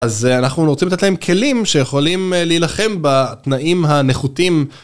אז אנחנו רוצים לתת להם כלים שיכולים להילחם בתנאים הנחותים